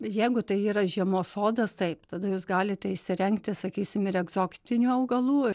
jeigu tai yra žiemos sodas taip tada jūs galite įsirengti sakysim ir egzotinių augalų